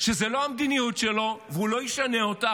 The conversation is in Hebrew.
שזו לא המדיניות שלו והוא לא ישנה אותה,